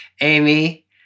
Amy